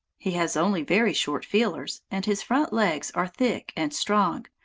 he has only very short feelers, and his front legs are thick and strong,